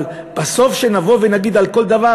אבל בסוף שנגיד על כל דבר: